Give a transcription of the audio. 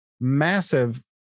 massive